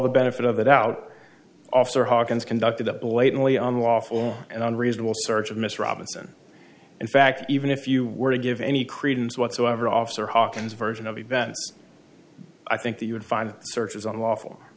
the benefit of the doubt officer hawkins conducted a blatantly unlawful and unreasonable search of mr robinson in fact even if you were to give any credence whatsoever officer hawkins version of events i think that you would find the search is unlawful